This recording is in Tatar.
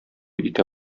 итә